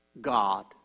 God